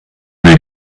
will